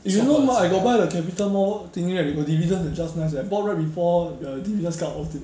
you know now I got buy the capital mall thingy right they got dividend just nice eh I bought right before the D_B_S cut off date